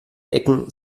ecken